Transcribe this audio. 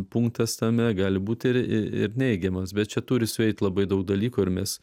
punktas tame gali būti ir neigiamas bet čia turi sueit labai daug dalykų ir mes